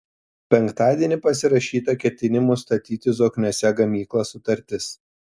penktadienį pasirašyta ketinimų statyti zokniuose gamyklą sutartis